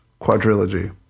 quadrilogy